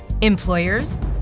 employers